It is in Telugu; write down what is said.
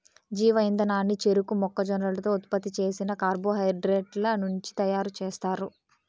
జీవ ఇంధనాన్ని చెరకు, మొక్కజొన్నతో ఉత్పత్తి చేసిన కార్బోహైడ్రేట్ల నుంచి తయారుచేస్తారు